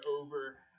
over